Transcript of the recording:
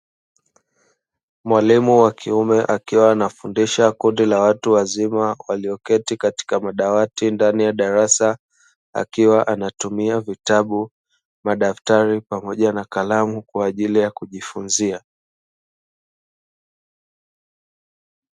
Mwalimu wa kiume akiwa anafundisha kundi la watu wazima walioketi katika madawati ndani ya darasa, akiwa anatumia vitabu, madaftari pamoja na kalamu kwa ajili ya kujifunzia.